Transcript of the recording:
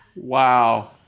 wow